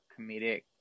comedic